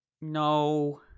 No